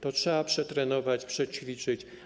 To trzeba przetrenować, przećwiczyć.